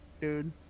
dude